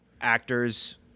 Actors